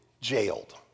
jailed